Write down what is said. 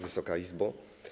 Wysoka Izbo!